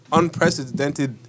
unprecedented